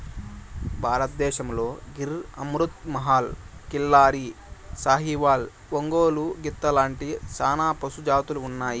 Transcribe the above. భారతదేశంలో గిర్, అమృత్ మహల్, కిల్లారి, సాహివాల్, ఒంగోలు గిత్త లాంటి చానా పశు జాతులు ఉన్నాయి